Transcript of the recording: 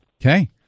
Okay